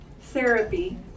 therapy